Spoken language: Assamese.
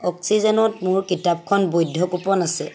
অক্সিজেনত মোৰ কিতাপখন বৈধ কুপন আছে